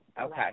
Okay